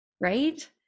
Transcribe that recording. right